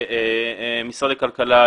של משרד הכלכלה,